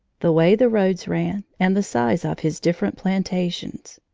the way the roads ran, and the size of his different plantations.